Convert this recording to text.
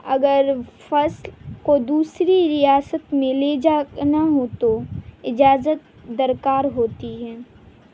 اگر فصل کو دوسری ریاست میں لے جا نہ ہو تو اجازت درکار ہوتی ہے